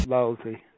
Lousy